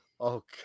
Okay